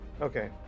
Okay